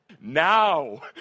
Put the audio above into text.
now